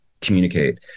communicate